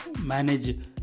manage